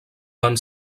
van